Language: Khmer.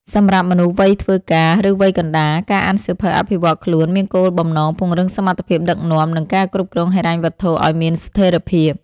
សម្រាប់មនុស្សវ័យធ្វើការ ឬវ័យកណ្ដាល ការអានសៀវភៅអភិវឌ្ឍខ្លួនមានគោលបំណងពង្រឹងសមត្ថភាពដឹកនាំ និងការគ្រប់គ្រងហិរញ្ញវត្ថុឱ្យមានស្ថិរភាព។